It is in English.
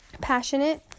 passionate